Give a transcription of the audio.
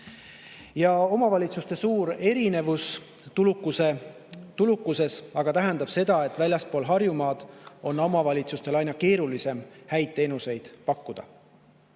Omavalitsuste suur erinevus tuludes aga tähendab seda, et väljaspool Harjumaad on omavalitsustel aina keerulisem häid teenuseid pakkuda.